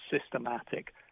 systematic